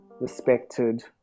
respected